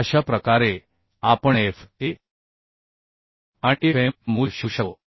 अशा प्रकारे आपण Fa आणि Fm चे मूल्य शोधू शकतो